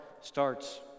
starts